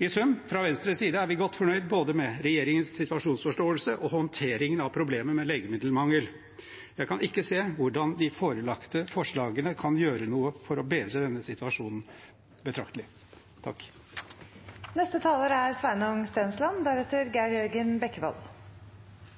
I sum: Fra Venstres side er vi godt fornøyd både med regjeringens situasjonsforståelse og med håndteringen av problemet med legemiddelmangel. Jeg kan ikke se hvordan de forelagte forslagene kan gjøre noe for å bedre denne situasjonen betraktelig.